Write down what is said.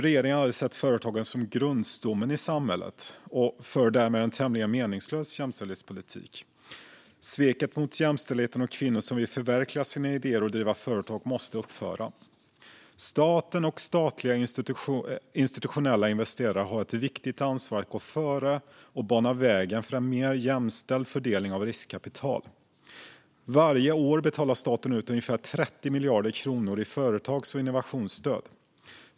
Regeringen har aldrig sett företagande som grundstommen i samhället och för därmed en tämligen meningslös jämställdhetspolitik. Sveket mot jämställdheten och kvinnor som vill förverkliga sina idéer och driva företag måste upphöra. Staten och statliga institutionella investerare har ett viktigt ansvar att gå före och bana vägen för en mer jämställd fördelning av riskkapital. Varje år betalar staten ut ungefär 30 miljarder kronor i företags och innovationsstöd.